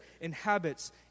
inhabits